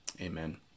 Amen